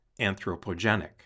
anthropogenic